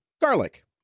garlic